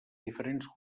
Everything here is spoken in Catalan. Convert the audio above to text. diferents